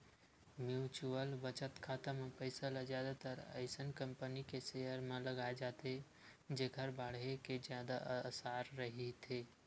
mutual बचत खाता म पइसा ल जादातर अइसन कंपनी के सेयर म लगाए जाथे जेखर बाड़हे के जादा असार रहिथे